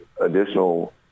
additional